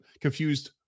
confused